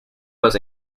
was